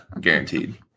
Guaranteed